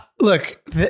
look